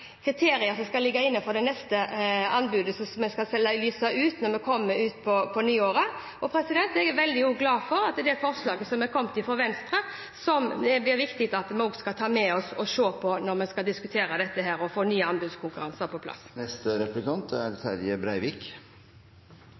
neste anbudet, som vi skal lyse ut når vi kommer på nyåret. Jeg er også veldig glad for det forslaget som er kommet fra Venstre, som det er viktig å ta med seg og se på når vi skal diskutere dette og få nye anbudskonkurranser på plass. Representanten Bergstø uttrykte bekymring for måten Venstre ville løysa pensjonskostnadsproblematikken på. For Venstre er